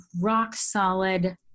rock-solid